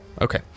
Okay